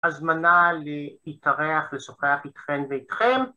‫הזמנה להתארח ולשוחח איתכן ואיתכם.